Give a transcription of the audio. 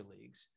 leagues